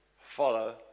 follow